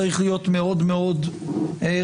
צריך להיות מאוד מאוד רגישים.